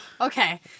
Okay